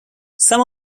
some